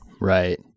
Right